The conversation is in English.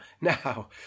now